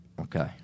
Okay